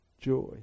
joy